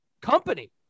company